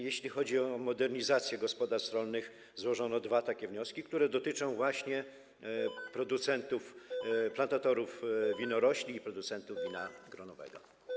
Jeśli chodzi o modernizację gospodarstw rolnych, złożono dwa takie wnioski, które dotyczą właśnie plantatorów winorośli i producentów wina gronowego.